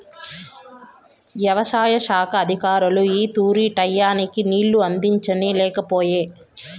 యవసాయ శాఖ అధికారులు ఈ తూరి టైయ్యానికి నీళ్ళు అందించనే లేకపాయె